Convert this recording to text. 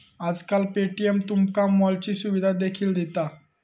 आजकाल पे.टी.एम तुमका मॉलची सुविधा देखील दिता